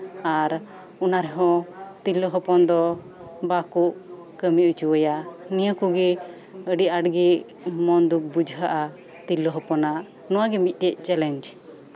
ᱟᱨ ᱚᱱᱟ ᱨᱮᱦᱚᱸ ᱛᱤᱨᱞᱟᱹ ᱦᱚᱯᱚᱱ ᱫᱚ ᱵᱟᱠᱚ ᱠᱟᱢᱤ ᱦᱚᱪᱚᱣᱟᱭᱟ ᱱᱤᱭᱟᱹ ᱠᱚᱜᱮ ᱟᱰᱤ ᱟᱸᱴ ᱜᱮ ᱢᱚᱱ ᱫᱩᱠᱷ ᱵᱩᱡᱷᱟᱹᱜᱼᱟ ᱛᱤᱨᱞᱟᱹ ᱦᱚᱯᱚᱱᱟᱜ ᱱᱚᱶᱟ ᱜᱮ ᱢᱤᱫᱴᱮᱱ ᱪᱮᱞᱮᱧᱡᱽ